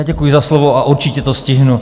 Děkuji za slovo, určitě to stihnu.